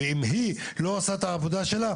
אם היא לא עושה את העבודה שלה,